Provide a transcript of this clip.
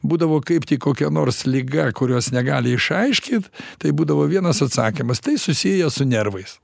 būdavo kaip tik kokia nors liga kurios negali išaiškit tai būdavo vienas atsakymas tai susiję su nervais